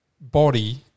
body